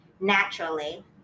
naturally